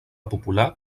popular